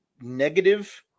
negative